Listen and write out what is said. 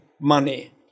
money